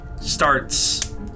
starts